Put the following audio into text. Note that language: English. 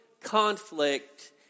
conflict